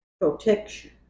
protection